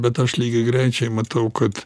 bet aš lygiagrečiai matau kad